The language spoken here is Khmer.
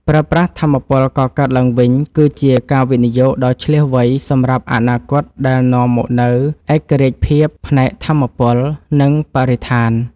ប្រើប្រាស់ថាមពលកកើតឡើងវិញគឺជាការវិនិយោគដ៏ឈ្លាសវៃសម្រាប់អនាគតដែលនាំមកនូវឯករាជ្យភាពផ្នែកថាមពល និង បរិស្ថាន។